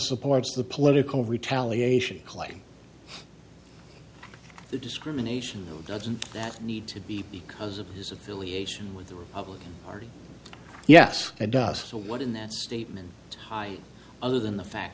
supports the political retaliation claim the discrimination doesn't that need to be because of his affiliation with the republican party yes it does but what in that statement other than the fact